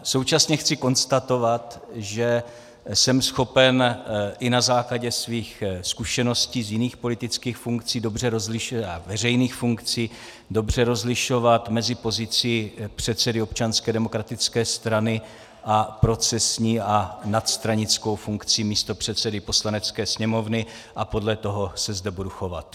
Současně chci konstatovat, že jsem schopen i na základě svých zkušeností z jiných politických a veřejných funkcí dobře rozlišovat mezi pozicí předsedy Občanské demokratické strany a procesní a nadstranickou funkcí místopředsedy Poslanecké sněmovny, a podle toho se zde budu chovat.